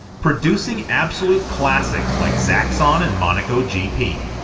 producing absolute classics like zaxxon and monaco gp.